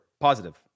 Positive